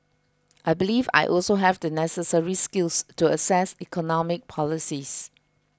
I believe I also have the necessary skills to assess economic policies